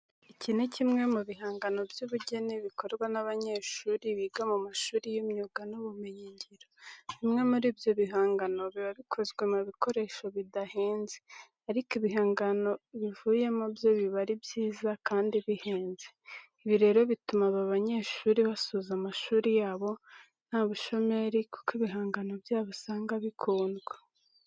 Iki ni kimwe mu bihangano by'ubugeni bikorwa n'abanyeshuri biga mu mashuri y'imyuga n'ibumenyingiro. Bimwe muri ibyo bihangano biba bikozwe mu bikoresho bidahenze ariko ibihangano bivuyemo byo biba ari byiza kandi bihenze. Ibi rero bituma aba banyeshuri basoza amashuri yabo nta bushomeri kuko ibihangano byabo usanga bikundwa.